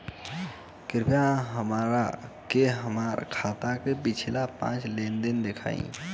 कृपया हमरा के हमार खाता के पिछला पांच लेनदेन देखाईं